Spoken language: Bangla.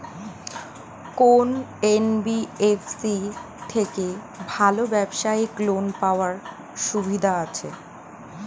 কোন এন.বি.এফ.সি থেকে ভালো ব্যবসায়িক লোন পাওয়ার সুবিধা আছে?